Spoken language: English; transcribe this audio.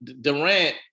Durant